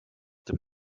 dem